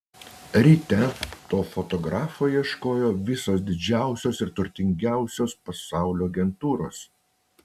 ryte to fotografo ieškojo visos didžiausios ir turtingiausios pasaulio agentūros